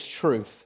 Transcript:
truth